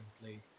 play